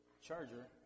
charger